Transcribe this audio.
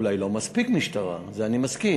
אולי לא מספיק משטרה, עם זה אני מסכים.